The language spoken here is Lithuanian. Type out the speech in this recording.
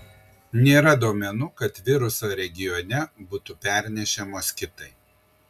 nėra duomenų kad virusą regione būtų pernešę moskitai